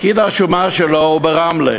פקיד השומה שלו הוא ברמלה.